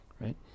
right